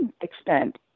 extent